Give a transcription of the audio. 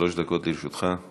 שלוש דקות לרשותך.